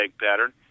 pattern